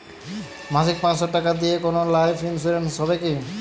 মাসিক পাঁচশো টাকা দিয়ে কোনো লাইফ ইন্সুরেন্স হবে কি?